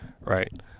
right